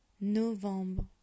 Novembre